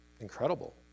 incredible